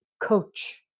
coach